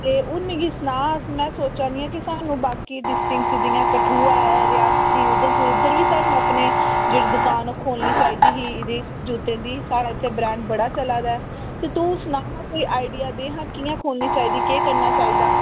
ते हून मिगी सनाऽ में सोच्चै नि आं कि साह्नूं बाकी डिस्टिक जि'यां कठुआ ऐ रियासी उधमपुर इद्धर बी साह्नूं अपने जेह्ड़ी दुकान ऐ ओह् खोह्लनी चाहिदी ही एहदी जूत्तें दी साढ़ै इत्थै ब्रैंड बड़ा चलै दा ऐ ते तूं सनां हां कोई आइडिया दे हां कि'यां खोह्लनी चाहिदी केह् करना चाहिदा